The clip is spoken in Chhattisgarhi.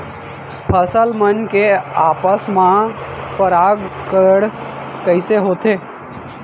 फसल मन के आपस मा परागण कइसे होथे?